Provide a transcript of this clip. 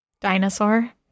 Dinosaur